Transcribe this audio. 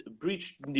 breached